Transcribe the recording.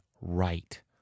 right